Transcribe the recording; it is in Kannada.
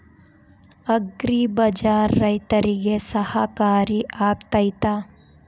ಅಗ್ರಿ ಬಜಾರ್ ರೈತರಿಗೆ ಸಹಕಾರಿ ಆಗ್ತೈತಾ?